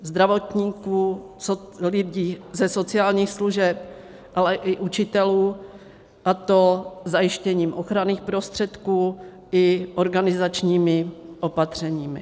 Zdravotníků, lidí ze sociálních služeb, ale i učitelů, a to zajištěním ochranných prostředků i organizačními opatřeními.